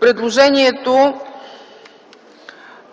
предложението